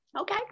okay